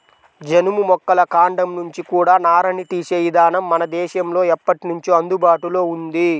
జనుము మొక్కల కాండం నుంచి కూడా నారని తీసే ఇదానం మన దేశంలో ఎప్పట్నుంచో అందుబాటులో ఉంది